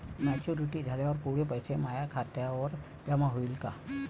Maturity झाल्यावर पुरे पैसे माया खात्यावर जमा होईन का?